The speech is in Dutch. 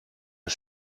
een